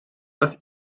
das